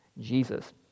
Jesus